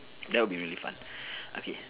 that'll be really fun okay